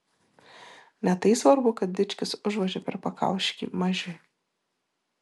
ne tai svarbu kad dičkis užvožia per pakaušį mažiui